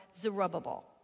Zerubbabel